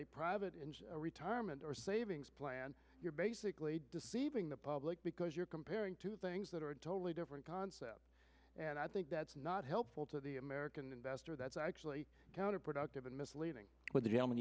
a private retirement or savings plan you're basically deceiving the public because you're comparing two things that are a totally different concept and i think that's not helpful to the american investor that's actually counterproductive and misleading